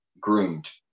groomed